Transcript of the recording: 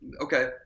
okay